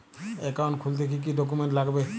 Account খুলতে কি কি ডকুমেন্ট লাগবে?